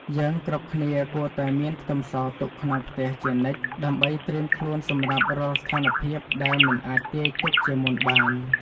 យើងគ្រប់គ្នាគួរតែមានខ្ទឹមសទុកក្នុងផ្ទះជានិច្ចដើម្បីត្រៀមខ្លួនសម្រាប់រាល់ស្ថានភាពដែលមិនអាចទាយទុកជាមុនបាន។